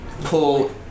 pull